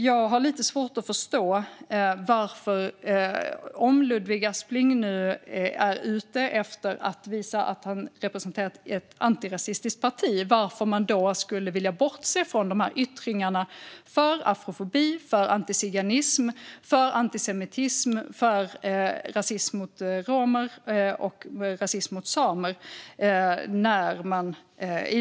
Jag har lite svårt att förstå varför Ludvig Aspling, om han nu är ute efter att visa att han representerar ett antirasistiskt parti, i definitionen vill bortse från yttringar av afrofobi, antiziganism, antisemitism, rasism mot romer och rasism mot samer.